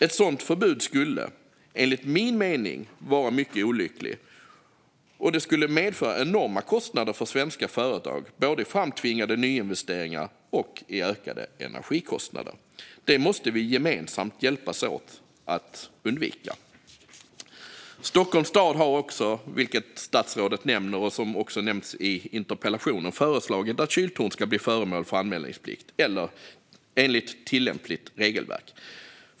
Ett sådant förbud skulle enligt min mening vara mycket olyckligt, då det skulle medföra enorma kostnader för svenska företag både i framtvingade nyinvesteringar och i ökade energikostnader. Det måste vi gemensamt hjälpas åt att undvika. Stockholms stad har, vilket statsrådet nämner och vilket också nämns i interpellationen, föreslagit att kyltorn ska bli föremål för anmälningsplikt enligt tillämpligt regelverk.